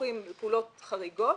דיווחים על פעולות חריגות,